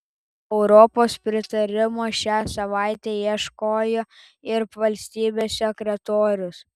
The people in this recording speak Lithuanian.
europos pritarimo šią savaitę ieškojo ir valstybės sekretorius